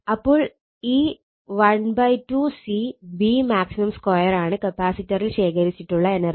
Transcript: അപ്പോൾ ഈ 12 C Vmax2 ആണ് കപ്പാസിറ്ററിൽ ശേഖരിച്ചിട്ടുള്ള എനർജി